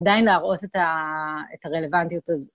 ‫עדיין להראות את הרלוונטיות הזאת.